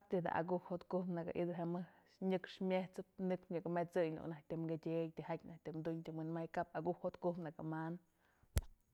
Kap dij da'a akuk jotkuk nëkë i'itëp jemëjk nyëk myejsëp nëkx nyëkë met'sëy në ko'o naj të kydyëy tyjatyë naj të wi'indunyë kap akuk jotkuk nëkë manëp.